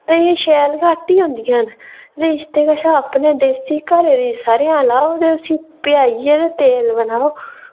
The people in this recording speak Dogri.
ते एह् शैल घट ही होंदियां न ते इसदे कशा अपने देसी घरै दी सरेआं लाओ ते उस्सी पेहाइयै ते तेल बनाओ